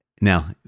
Now